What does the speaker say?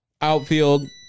Outfield